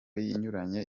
inyuranye